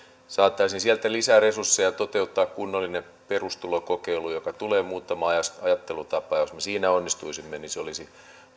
saataisiin sieltä lisää resursseja toteuttaa kunnollinen perustulokokeilu joka tulee muuttamaan ajattelutapaa jos me siinä onnistuisimme niin se olisi